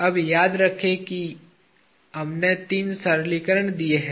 अब याद रखें कि हमने तीन सरलीकरण किए हैं